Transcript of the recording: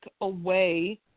away